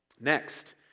Next